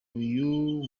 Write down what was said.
uyu